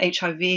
HIV